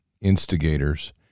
instigators